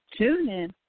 TuneIn